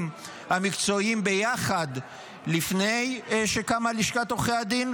המקצועיים ביחד לפני שקמה לשכת עורכי הדין?